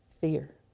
fear